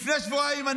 לפני שבועיים,